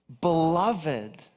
beloved